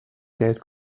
geld